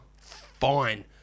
fine